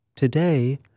Today